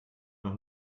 noch